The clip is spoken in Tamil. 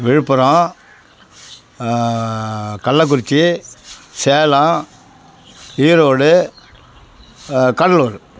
விழுப்புரம் கள்ளக்குறிச்சி சேலம் ஈரோடு கடலூரு